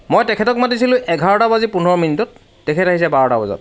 মই তেখেতক মাতিছিলো এঘাৰটা বাজি পোন্ধৰ মিনিটত তেখেত আহিছে বাৰটা বজাত